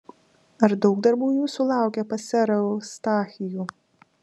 ar daug darbų jūsų laukia pas serą eustachijų